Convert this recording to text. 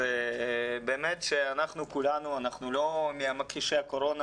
אנחנו לא ממכחישי הקורונה.